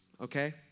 Okay